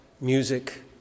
music